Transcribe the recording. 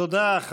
תודה.